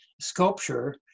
Sculpture